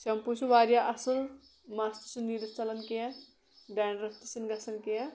shampoo چھُ واریاہ اَصٕل مَس تہِ چھُ نہٕ نیرِتھ ژَلان کیٚنٛہہ ڈینڈرَف تہِ چھُ نہٕ گژھان کیٚنٛہہ